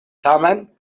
tamen